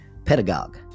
Pedagogue